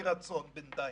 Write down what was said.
מרצון, בינתיים.